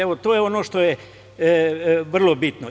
Evo to je ono što je vrlo bitno.